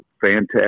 fantastic